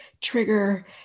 trigger